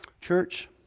Church